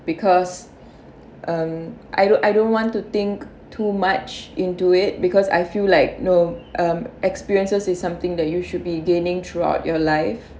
because um I don't I don't want to think too much into it because I feel like no um experiences is something that you should be gaining throughout your life